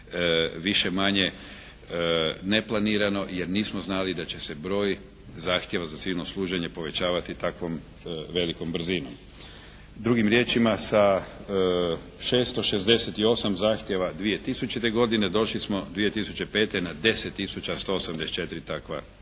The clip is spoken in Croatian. više-manje neplanirano jer nismo znali da će se broj zahtjeva za civilno služenje povećavati takvom velikom brzinom. Drugim riječima, sa 668 zahtjeva 2000. godine došli smo 2005. na 10 tisuća